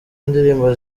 ndirimbo